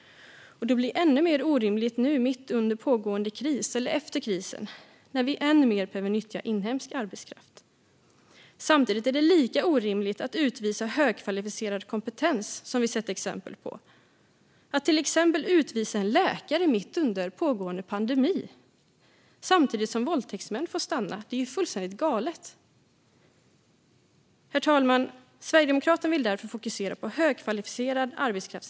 Det blir ännu mer orimligt mitt under pågående kris eller efter krisen när vi än mer behöver nyttja inhemsk arbetskraft. Samtidigt är det lika orimligt att utvisa högkvalificerad kompetens, som vi sett exempel på. Att till exempel utvisa en läkare mitt under pågående pandemi samtidigt som våldtäktsmän får stanna är fullständigt galet. Fru talman! Sverigedemokraterna vill därför fokusera på invandring av högkvalificerad arbetskraft.